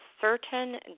certain